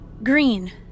Green